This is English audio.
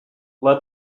let